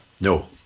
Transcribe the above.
No